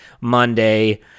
Monday